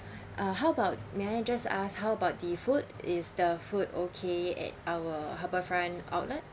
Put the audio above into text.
uh how about may I just asked how about the food is the food okay at our harbour front outlet